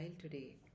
today